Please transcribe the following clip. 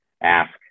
ask